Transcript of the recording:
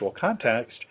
context